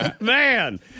man